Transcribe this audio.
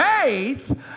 faith